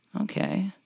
Okay